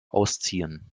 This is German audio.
ausziehen